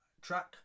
track